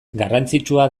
garrantzitsua